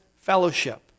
fellowship